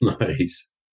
nice